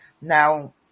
now